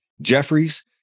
Jeffries